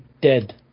dead